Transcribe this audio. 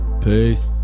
Peace